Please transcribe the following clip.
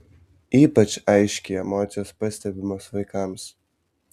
ypač aiškiai emocijos pastebimos vaikams